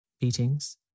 Beatings